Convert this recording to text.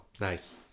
Nice